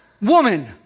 woman